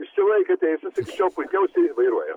išsilaikė teises iki šiol puikiausiai vairuoja